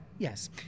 Yes